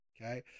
okay